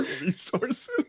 resources